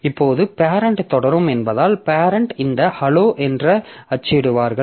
இப்போது பேரெண்ட் தொடரும் என்பதால் பேரெண்ட் இந்த hello என்று அச்சிடுவார்கள்